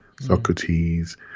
Socrates